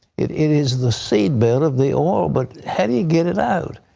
it it is the seed bed of the oil, but how do you get it out?